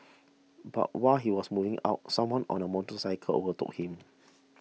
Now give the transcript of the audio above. but while he was moving out someone on a motorcycle overtook him